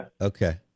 Okay